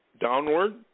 downward